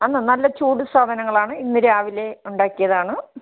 ആ നല്ല ചൂട് സാധനങ്ങളാണ് ഇന്ന് രാവിലെ ഉണ്ടാക്കിയതാണ്